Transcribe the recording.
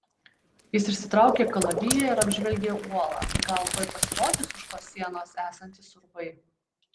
jis išsitraukė kalaviją ir apžvelgė uolą gal tuoj pasirodys už tos sienos esantys urvai